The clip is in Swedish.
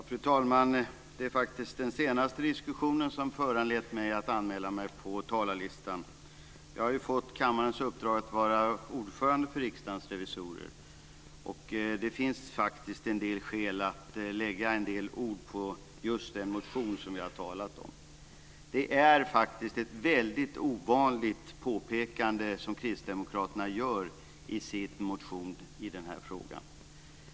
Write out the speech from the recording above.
Fru talman! Det är faktiskt den senaste diskussionen som har föranlett mig att anmäla mig till talarlistan. Jag har fått kammarens uppdrag att vara ordförande för Riksdagens revisorer, och det finns skäl att säga några ord om just den motion som vi har talat om. Det är ett väldigt ovanligt påpekande som kristdemokraterna gör i sin motion i denna fråga.